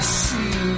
see